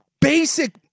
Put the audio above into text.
basic